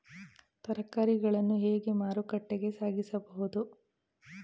ತರಕಾರಿಗಳನ್ನು ಹೇಗೆ ಮಾರುಕಟ್ಟೆಗೆ ಸಾಗಿಸಬಹುದು?